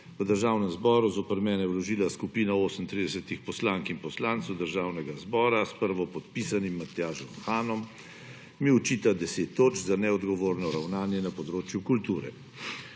v Državnem zboru zoper mene vložila skupina 38 poslank in poslancev Državnega zbora s prvopodpisanim Matjažem Hanom, mi očita deset točk za neodgovorno ravnanje na področju kulture.